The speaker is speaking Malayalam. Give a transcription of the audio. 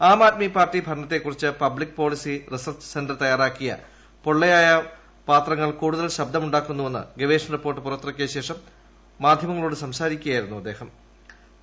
ആം ആദ്മി പാർട്ടി ഭരണത്തെക്കുറിച്ച് പബ്ലിക് പോളിസി റിസർച്ച് സെന്റർ തയ്യാറാക്കിയ പൊള്ളയായ പാത്രങ്ങൾ കൂടുതൽ ശബ്ദമുണ്ടാക്കുന്നുവെന്ന് ഗവേഷണ റിപ്പോർട്ട് പുറത്തിറക്കിയ ശേഷം മാധ്യമങ്ങളോട് സംസാരിക്കവെ അദ്ദേഹം പറഞ്ഞു